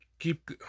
keep